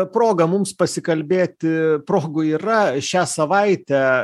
proga mums pasikalbėti progų yra šią savaitę